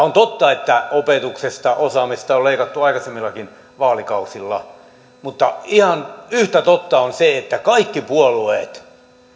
on totta että opetuksesta osaamisesta on leikattu aikaisemmillakin vaalikausilla mutta ihan yhtä totta on se että kaikki puolueet